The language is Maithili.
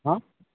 हँ